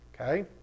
Okay